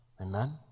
Amen